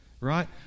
right